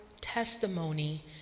testimony